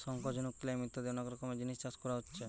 শঙ্খ, ঝিনুক, ক্ল্যাম ইত্যাদি অনেক রকমের জিনিস চাষ কোরা হচ্ছে